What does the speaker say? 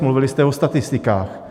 Mluvili jste o statistikách.